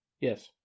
yes